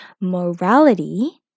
morality